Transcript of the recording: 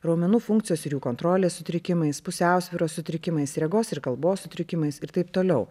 raumenų funkcijos ir jų kontrolės sutrikimais pusiausvyros sutrikimais regos ir kalbos sutrikimais ir taip toliau